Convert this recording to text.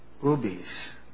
rubies